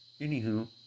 anywho